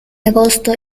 agosto